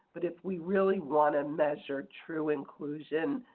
but if we really want to measure true inclusion,